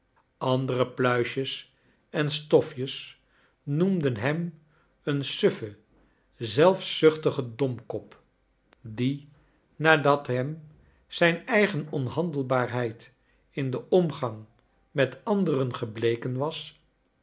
andere pluisjes en stofjes noemden hem een suffen zelfzuchtigen domkop die nadat hem zijn eigen onhandelbaarheid in den omgang met anderen gebleken was